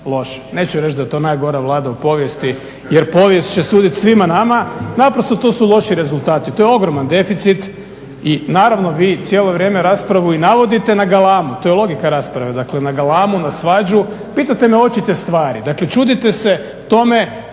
Neću reći da je to najgora Vlada u povijesti jer povijest će suditi svima nama. Naprosto to su loši rezultati, to je ogroman deficit i naravno vi cijelo vrijeme raspravu i navodite na galamu, to je logika rasprave, dakle na galamu, na svađu. Pitate me očite stvari. Dakle čudite se tome